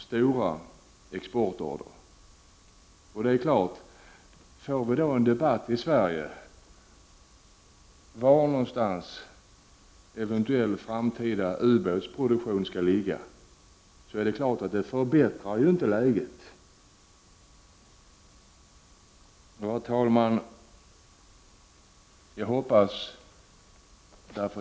Det förbättrar inte läget när det blir en debatt i Sverige om var någonstans en eventuell framtida ubåtsproduktion skall förläggas. Herr talman!